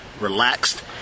relaxed